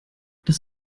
das